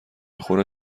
خوره